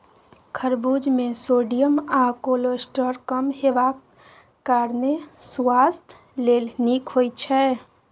खरबुज मे सोडियम आ कोलेस्ट्रॉल कम हेबाक कारणेँ सुआस्थ लेल नीक होइ छै